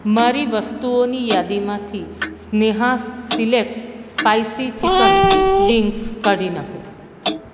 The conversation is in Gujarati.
મારી વસ્તુઓની યાદીમાંથી Sneha select spicy chicken wings કાઢી નાંખો